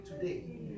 today